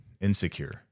insecure